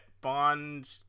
Bond